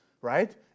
right